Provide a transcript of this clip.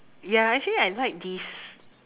ya actually I like this